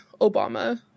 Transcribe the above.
obama